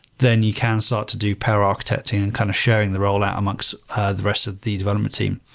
then you can start to do power architecting and kind of showing the role out amongst the rest of the development team.